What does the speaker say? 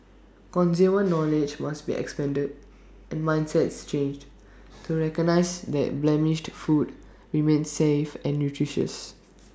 consumer knowledge must be expanded and mindsets changed to recognise that blemished food remains safe and nutritious